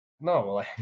No